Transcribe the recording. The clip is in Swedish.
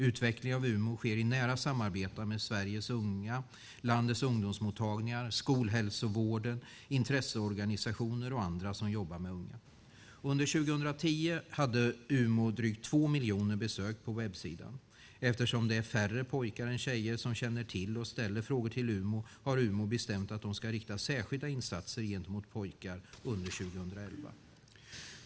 Utvecklingen av Umo sker i nära samarbete med Sveriges unga, landets ungdomsmottagningar, skolhälsovården, intresseorganisationer och andra som jobbar med unga. Under 2010 hade Umo drygt 2 miljoner besök på webbsidan. Eftersom det är färre pojkar än tjejer som känner till och ställer frågor till Umo har Umo bestämt att de ska rikta särskilda insatser gentemot pojkar under 2011.